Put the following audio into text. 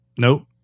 Nope